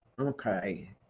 Okay